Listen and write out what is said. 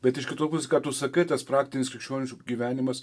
bet iš kitos pusės ką tu sakai tas praktinis krikščionių gyvenimas